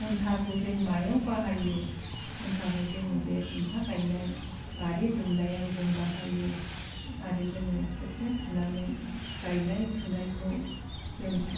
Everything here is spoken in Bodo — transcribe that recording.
खनथाखौ जों मायाव बाहायो खनथाखौ जोङो बे खुनथा गायनाय बारि दुमनायाव जों बाहायो आरो जोङो खोथिया फुनानै गायनाय फुनायखौ जों